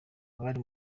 abari